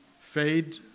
fade